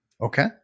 Okay